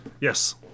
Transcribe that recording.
Yes